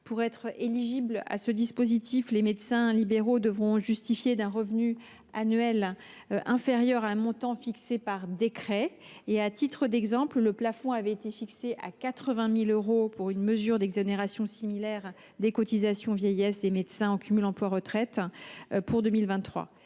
Pour être éligibles à ce dispositif, les médecins libéraux retraités devront justifier d’un revenu annuel inférieur à un montant fixé par décret. À titre d’exemple, le plafond avait été fixé à 80 000 euros pour une mesure d’exonération similaire des cotisations vieillesse des médecins en cumul emploi retraite prévue pour 2023.